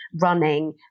running